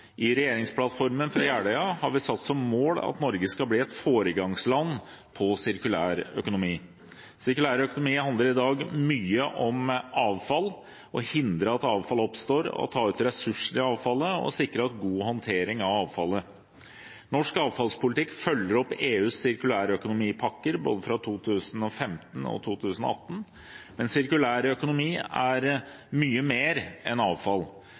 I regjeringsplattformen fra Jeløya har vi satt som mål at Norge skal bli et foregangsland innen sirkulær økonomi. Sirkulær økonomi handler i dag mye om avfall – å hindre at avfall oppstår, ta ut ressurser i avfallet og sikre god håndtering av avfallet. Norsk avfallspolitikk følger opp EUs sirkulærøkonomipakker fra både 2015 og 2018, men sirkulær økonomi er mye mer enn avfall.